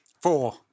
Four